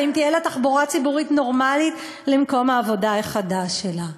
ואם תהיה לה תחבורה ציבורית נורמלית למקום העבודה החדש שלה,